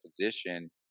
position